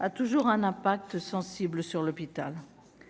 a toujours un impact sensible sur l'hôpital,